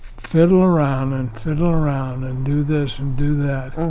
fiddle around and fiddle around and do this and do that